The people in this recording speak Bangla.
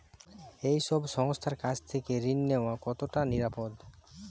এই সব সংস্থার কাছ থেকে ঋণ নেওয়া কতটা নিরাপদ?